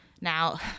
Now